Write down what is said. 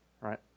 right